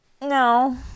No